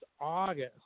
August